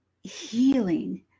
healing